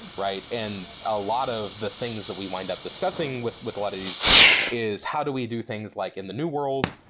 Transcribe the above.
right? and a lot of the things that we wind up discussing with a lot of these is how do we do things like in the new world?